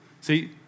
See